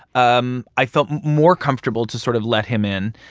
um i felt more comfortable to sort of let him in.